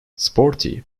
sporty